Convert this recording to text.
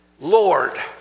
Lord